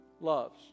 loves